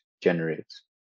generates